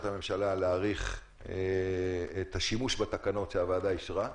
הממשלה להאריך את תוקף החלטת הממשלה שהוועדה אישרה.